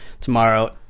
tomorrow